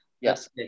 Yes